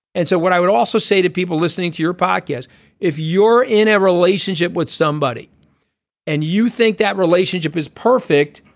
and so what i would also say to people listening to your pockets if you're in a relationship with somebody and you think that relationship is perfect.